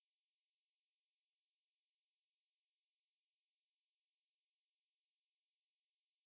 I get it